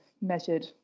measured